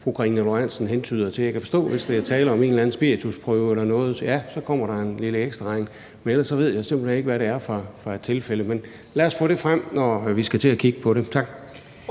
fru Karina Lorentzen Dehnhardt hentyder til. Jeg kan forstå, at der, hvis der er tale om en eller anden spiritusprøve eller noget, så kommer en lille ekstraregning, men ellers ved jeg simpelt hen ikke, hvad det er for et tilfælde. Men lad os få det frem, når vi skal til at kigge på det. Tak.